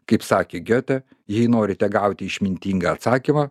kaip sakė giotė jei norite gauti išmintingą atsakymą